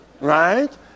Right